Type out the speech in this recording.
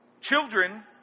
Children